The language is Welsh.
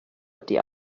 ydi